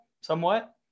somewhat